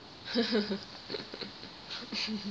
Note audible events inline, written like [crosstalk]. [laughs]